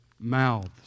mouths